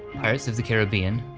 pirates of the caribbean,